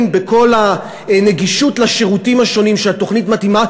בכל הנגישות של השירותים השונים שהתוכנית מספקת,